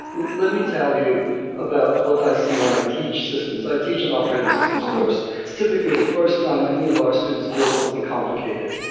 let me tell you about what i see when i teach systems. i teach an operating systems course. it's typically the first time any of our students build something complicated.